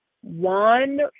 one